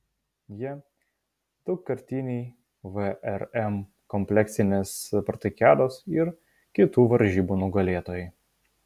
jie daugkartiniai vrm kompleksinės spartakiados ir kitų varžybų nugalėtojai